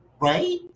right